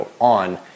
on